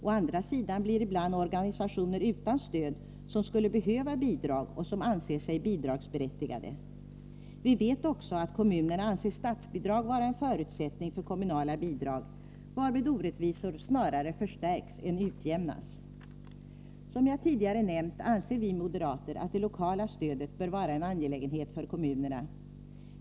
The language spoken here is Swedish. Å andra sidan blir ibland organisationer, som skulle behöva bidrag och som anser sig bidragsberättigade, utan stöd. Vi vet också att kommunerna anser statsbidrag vara en förutsättning för kommunala bidrag, varmed orättvisor snarare förstärks än utjämnas. Som jag tidigare nämnt anser vi moderater att det lokala stödet bör vara en angelägenhet för kommunerna.